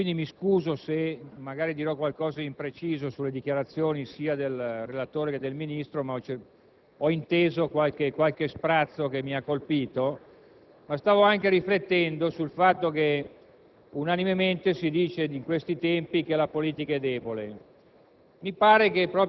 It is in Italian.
nel brusìo cacofonico dell'Aula; quindi, mi scuso se dirò qualcosa d'impreciso sulle dichiarazioni sia del relatore che del Ministro, ma ho inteso qualche sprazzo che mi ha colpito. Stavo anche riflettendo sul fatto che